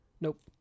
nope